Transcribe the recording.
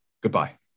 goodbye